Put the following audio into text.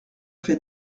fait